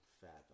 fathom